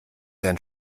dein